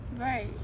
Right